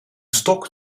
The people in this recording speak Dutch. stok